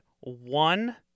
one